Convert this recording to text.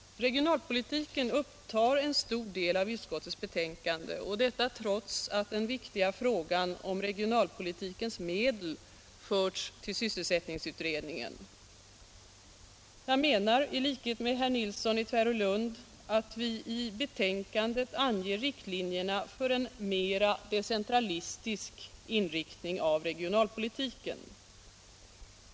Regionalpolitiken upptar en stor del av utskottets betänkande, trots att den viktiga frågan om regionalpolitikens medel förts till sysselsättningsutredningen. Jag menar, i likhet med herr Nilsson i Tvärålund, att vi i betänkandet anger riktlinjerna för en mera decentralistisk inriktning av regionalpolitiken.